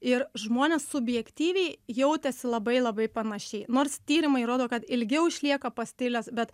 ir žmonės subjektyviai jautėsi labai labai panašiai nors tyrimai rodo kad ilgiau išlieka pastilės bet